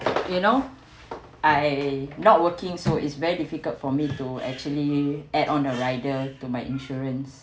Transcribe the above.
you know I not working so is very difficult for me to actually add on the rider to my insurances